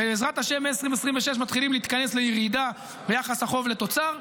ובעזרת השם מ-2026 מתחילים להתכנס לירידה ביחס החוב לתוצר.